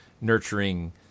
nurturing